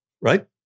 right